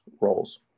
roles